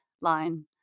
line